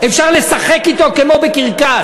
אפשר לשחק אתו כמו בקרקס.